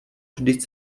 vždyť